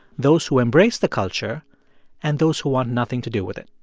those who embrace the culture and those who want nothing to do with it.